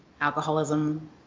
alcoholism